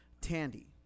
Tandy